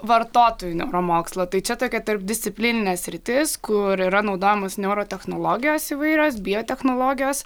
vartotojų neuromokslo tai čia tokia tarpdisciplininė sritis kur yra naudojamos neurotechnologijos įvairios biotechnologijos